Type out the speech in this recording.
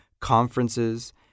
conferences